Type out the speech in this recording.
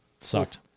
Sucked